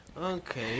Okay